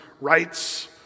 rights